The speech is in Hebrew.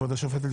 כבוד השופטת,